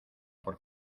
por